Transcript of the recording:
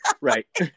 right